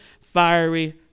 fiery